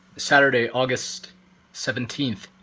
saturday, august seventeenth.